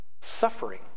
Suffering